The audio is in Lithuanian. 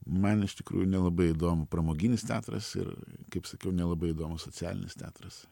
man iš tikrųjų nelabai įdomu pramoginis teatras ir kaip sakiau nelabai įdomu socialinis teatras